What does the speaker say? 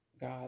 God